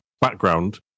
background